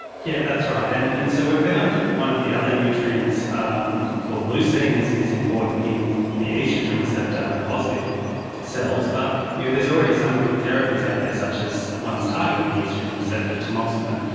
yeah that's right, and and so we found one of the other nutrients um called leucine is is important in the oestrogen receptor positive cells, but yeah there's already some good therapies out there such as ones targeting the oestrogen receptor, tamoxifen.